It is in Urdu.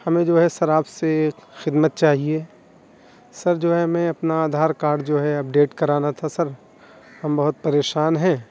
ہمیں جو ہے سر آپ سے خدمت چاہیے سر جو ہے ہمیں اپنا آدھار کارڈ جو ہے اپڈیٹ کرانا تھا سر ہم بہت پریشان ہیں